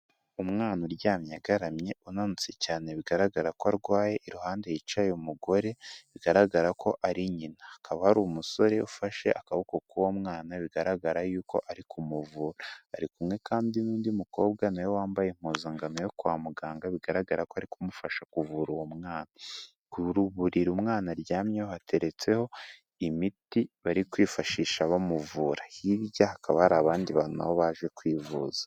Umwana uryamye agaramye unanutse cyane bigaragara ko arwaye, iruhande yica umugore, bigaragara ko ari nyina, akaba ari umusore ufashe akaboko k'uwo mwana bigaragara yuko arivura, ari kumwe kandi n'undi mukobwa niwe wambaye impuzankangano yo kwa muganga bigaragara ko ari kumufasha kuvura uwo mwana, ku buriri umwana aryamyeho, hateretseho imiti, bari kwifashisha bamuvura, hirya hakaba hari abandi bantu baje kwivuza.